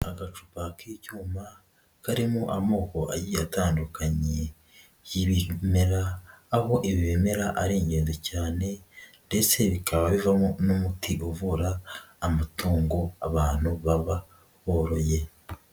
Agacupa k'icyuma karimo amoko atandukanye y'ibimera aho ibi bimera ari ingenzi cyane ndetse bikaba bivamo n'umuti uvura amatungo abantu baba boroye.